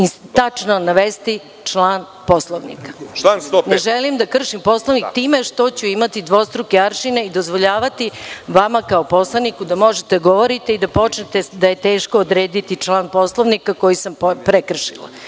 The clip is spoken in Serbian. tačno navesti član Poslovnika. Ne želim da kršim Poslovnik time što ću imati dvostruki aršine i dozvoljavati vama kao poslaniku da možete da govoriti da počnete, da je teško odrediti član Poslovnika koji sam prekršila.